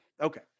okay